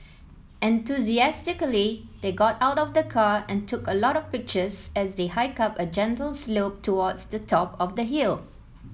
enthusiastically they got out of the car and took a lot of pictures as they hiked up a gentle slope towards the top of the hill